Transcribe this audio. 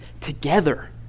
together